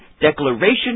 declaration